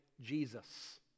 jesus